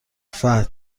فتح